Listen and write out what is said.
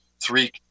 three